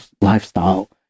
Lifestyle